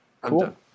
Cool